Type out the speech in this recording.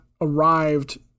arrived